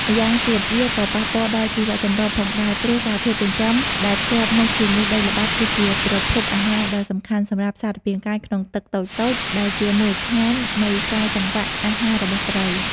ម្យ៉ាងទៀត វាក៏ប៉ះពាល់ដល់ជីវចម្រុះផងដែរ ព្រោះសារធាតុចិញ្ចឹមដែលភ្ជាប់មកជាមួយដីល្បាប់គឺជាប្រភពអាហារដ៏សំខាន់សម្រាប់សារពាង្គកាយក្នុងទឹកតូចៗ ដែលជាមូលដ្ឋាននៃខ្សែសង្វាក់អាហាររបស់ត្រី។